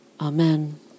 Amen